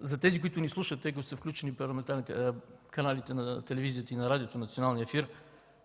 За тези, които ни слушат, тъй като са включени каналите на телевизията и на радиото, националния ефир,